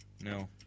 No